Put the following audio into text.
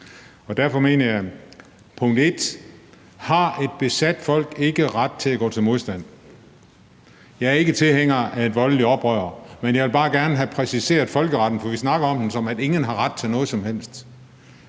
Derfor mener jeg: Punkt 1, har et besat folk ikke ret til at gå til modstand? Jeg er ikke tilhænger af et voldeligt oprør, men jeg vil bare gerne have præciseret folkeretten, for vi snakker om den, som om at ingen har ret til noget som helst.